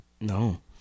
No